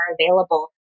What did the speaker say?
available